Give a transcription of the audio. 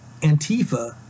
Antifa